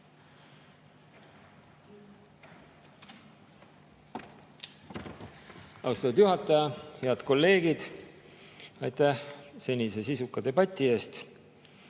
Austatud juhataja! Head kolleegid! Aitäh senise sisuka debati eest!